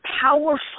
powerful